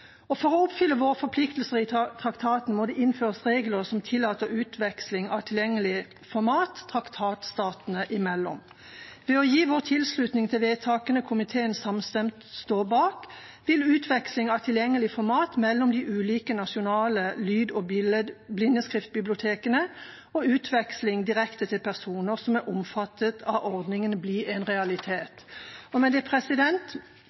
For å oppfylle våre forpliktelser i traktaten må det innføres regler som tillater utveksling av tilgjengelig format traktatstatene imellom. Ved å gi vår tilslutning til vedtakene komiteen samstemt står bak, vil utveksling av tilgjengelig format mellom de ulike nasjonale lyd- og blindeskriftbibliotekene og utveksling direkte til personer som er omfattet av ordningen, bli en realitet. Med det